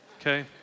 okay